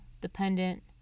dependent